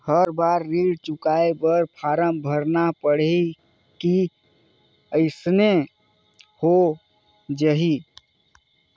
हर बार ऋण चुकाय बर फारम भरना पड़ही की अइसने हो जहीं?